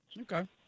Okay